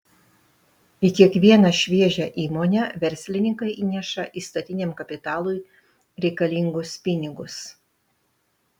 į kiekvieną šviežią įmonę verslininkai įneša įstatiniam kapitalui reikalingus pinigus